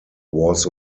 was